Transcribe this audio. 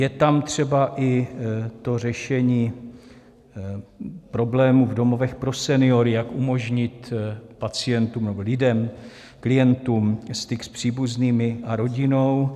Je tam třeba i to řešení problémů v domovech pro seniory, jak umožnit pacientům nebo lidemklientům styk s příbuznými a rodinou.